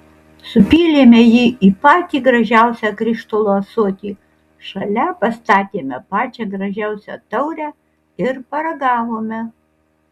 supylėme jį į patį gražiausią krištolo ąsotį šalia pastatėme pačią gražiausią taurę ir paragavome